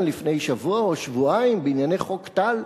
לפני שבוע או שבועיים בענייני חוק טל,